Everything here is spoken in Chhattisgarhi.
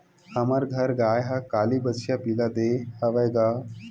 हमर घर गाय ह काली बछिया पिला दे हवय गा